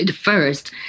First